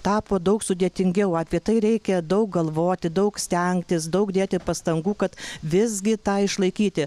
tapo daug sudėtingiau apie tai reikia daug galvoti daug stengtis daug dėti pastangų kad visgi tą išlaikyti